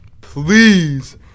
please